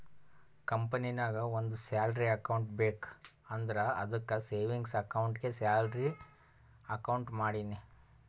ಕಂಪನಿನಾಗ್ ಒಂದ್ salary account ಬೇಕ್ ಅಂದುರ್ ಅದ್ದುಕ್ ಸೇವಿಂಗ್ಸ್ ಅಕೌಂಟ್ಗೆ ಸ್ಯಾಲರಿ ಅಕೌಂಟ್ ಮಾಡಿನಿ